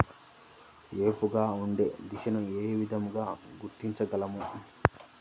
ఏపుగా ఉండే దశను ఏ విధంగా గుర్తించగలం?